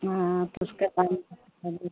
हाँ तो उसका दाम बताइए